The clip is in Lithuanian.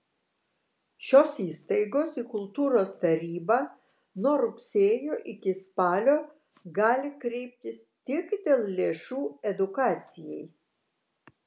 šios įstaigos į kultūros tarybą nuo rugsėjo iki spalio gali kreiptis tik dėl lėšų edukacijai